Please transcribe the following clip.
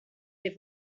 dei